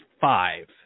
five